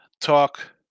talk